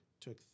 took